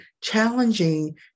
challenging